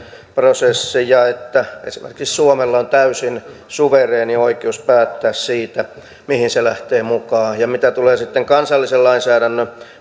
prosessi ja että esimerkiksi suomella on täysin suvereeni oikeus päättää siitä mihin se lähtee mukaan ja mitä tulee sitten kansallisen lainsäädännön